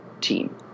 team